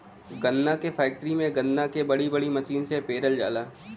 गन्ना क फैक्ट्री में गन्ना के बड़ी बड़ी मसीन से पेरल जाला